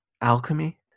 alchemy